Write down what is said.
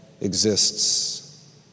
exists